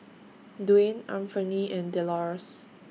Dwain Anfernee and Delores